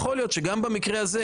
יכול להיות שגם במקרה הזה,